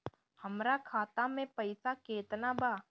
हमरा खाता में पइसा केतना बा?